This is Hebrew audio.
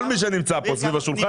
כל מי שנמצא כאן סביב השולחן,